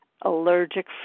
allergic